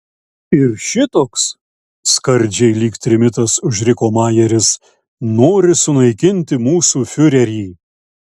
ir šitoks skardžiai lyg trimitas užriko majeris nori sunaikinti mūsų fiurerį